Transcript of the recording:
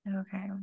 Okay